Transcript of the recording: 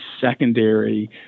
secondary